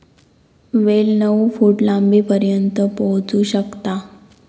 वेल नऊ फूट लांबीपर्यंत पोहोचू शकता